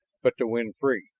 but to win free.